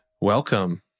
Welcome